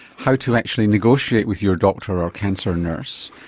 how to actually negotiate with your doctor or cancer nurse,